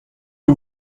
que